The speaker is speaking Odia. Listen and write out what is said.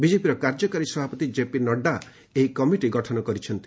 ବିଜେପିର କାର୍ଯ୍ୟକାରୀ ସଭାପତି କ୍ଷେପି ନଡ୍ରା ଏହି କମିଟି ଗଠନ କରିଛନ୍ତି